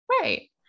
Right